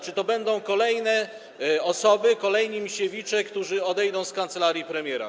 Czy to będą kolejne osoby, kolejni Misiewicze, którzy odejdą z kancelarii premiera?